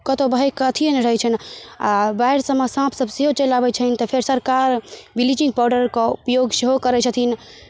कतहु बहैके अथिए नहि रहै छनि आ बाढ़िसँ साँप सभसँ चलि आबै छनि तऽ फेर सरकार ब्लीचिंग पाउडरके उपयोग सेहो करै छथिन